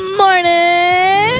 morning